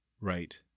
Right